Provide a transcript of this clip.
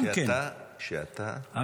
כותב על